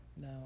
No